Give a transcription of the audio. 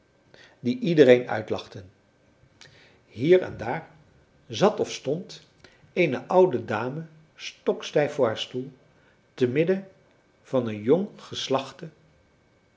die iedereen uitlachten hier en daar zat of stond eene oude dame stokstijf voor haar stoel te midden van een jong geslachte